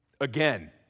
again